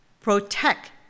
protect